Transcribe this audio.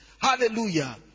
Hallelujah